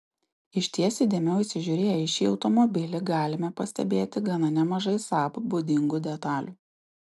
išties įdėmiau įsižiūrėję į šį automobilį galime pastebėti gana nemažai saab būdingų detalių